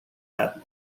admiral